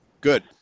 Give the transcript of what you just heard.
Good